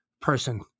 person